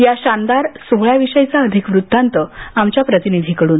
या शानदार सोहळ्याविषयीचा अधिक वृत्तांत आमच्या प्रतिनिधींकडून